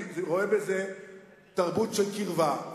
אני רואה בזה תרבות של קרבה.